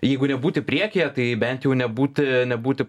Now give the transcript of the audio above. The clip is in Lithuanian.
jeigu nebūti priekyje tai bent jau nebūti nebūti